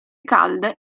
calde